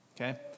Okay